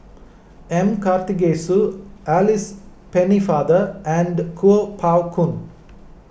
M Karthigesu Alice Pennefather and Kuo Pao Kun